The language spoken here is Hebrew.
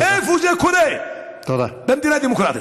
איפה זה קורה במדינה דמוקרטית?